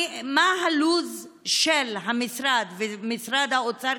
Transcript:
מה הלו"ז של המשרד ושל משרד האוצר?